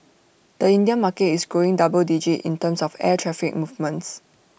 the Indian market is growing double digit in terms of air traffic movements